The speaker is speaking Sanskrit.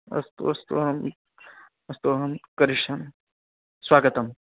अस्तु अस्तु अहम् अस्तु अहं करिष्यामि स्वागतम्